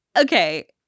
Okay